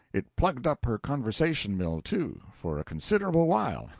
it plugged up her conversation mill, too, for a considerable while,